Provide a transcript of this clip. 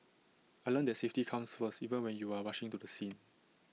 I learnt that safety comes first even when you are rushing to the scene